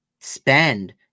spend